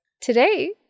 Today